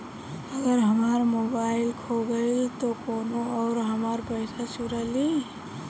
अगर हमार मोबइल खो गईल तो कौनो और हमार पइसा चुरा लेइ?